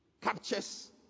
captures